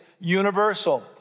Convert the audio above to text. universal